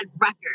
record